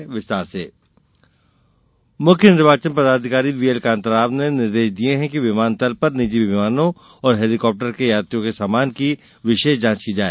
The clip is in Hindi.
आयोग निर्देश मुख्य निर्वाचन पदाधिकारी व्ही एल कान्ता राव ने निर्देश दिये हैं कि विमान तल पर निजी विमानों और हेलीकॉप्टर के यात्रियों के सामान की विशेष जांच की जाए